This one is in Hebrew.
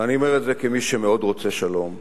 ואני אומר את זה כמי שמאוד רוצה שלום,